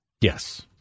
Yes